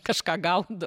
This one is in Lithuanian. kažką gaudo